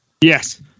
Yes